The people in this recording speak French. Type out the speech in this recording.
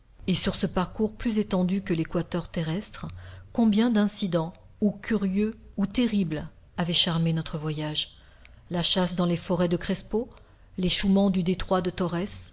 et sur ce parcours plus étendu que l'équateur terrestre combien d'incidents ou curieux ou terribles avaient charmé notre voyage la chasse dans les forêts de crespo l'échouement du détroit de torrès